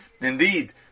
Indeed